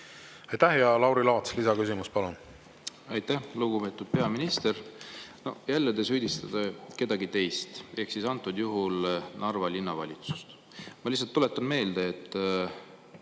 Aitäh! Lauri Laats, lisaküsimus, palun! Aitäh! Lugupeetud peaminister! Jälle te süüdistate kedagi teist, antud juhul Narva Linnavalitsust. Ma lihtsalt tuletan meelde, et